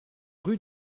rue